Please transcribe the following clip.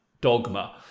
dogma